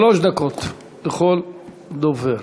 שלוש דקות לכל דובר.